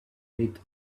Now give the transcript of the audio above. lit